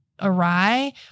awry